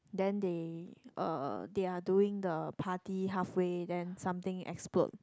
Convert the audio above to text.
then they uh they are doing the party halfway then something explode